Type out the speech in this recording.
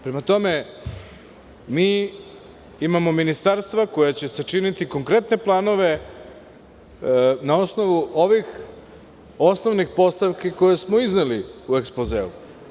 Prema tome, mi imamo ministarstva koja će sačiniti konkretne planove na osnovu ovih osnovnih postavki koje smo izneli u ekspozeu.